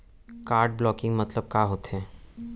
Card blocking मतलब का होथे?